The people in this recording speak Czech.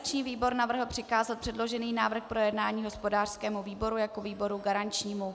Organizační výbor navrhl přikázat předložený návrh k projednání hospodářskému výboru jako výboru garančnímu.